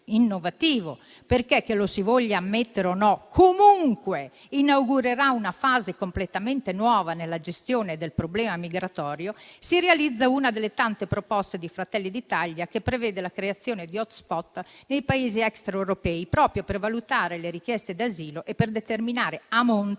- lo si voglia ammettere o no, comunque inaugurerà una fase completamente nuova nella gestione del problema migratorio - si realizza una delle tante proposte di Fratelli d'Italia che prevede la creazione di *hotspot* nei Paesi extraeuropei, proprio per valutare le richieste d'asilo e determinare, a monte,